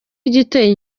igiteye